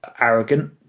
arrogant